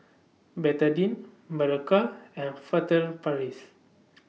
Betadine Berocca and Furtere Paris